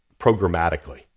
programmatically